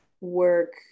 work